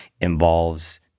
involves